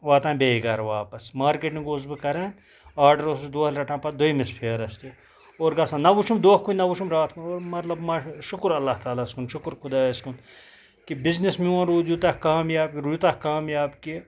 واتان بیٚیہِ گرٕ واپَس مارکیٹنِگ اوسُس بہٕ کران آرڈر اوسُس دۄہلہِ رٹان پَتہٕ دٔیمِس پھیرَس تہِ اور گژھان نہ وُچھُم دۄہ کُنہِ نہ وُچھُم راتھ کُنہِ مطلب شُکُر اللہ تعالیٰ ہس کُن شُکُر خۄدایَس کُن کہِ بِزنٮ۪س میون روٗد یوٗتاہ کامیاب یوٗتاہ کامیاب کہِ